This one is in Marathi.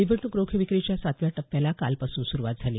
निवडणूक रोखे विक्रीच्या सातव्या टप्प्याला कालपासून सुरुवात झाली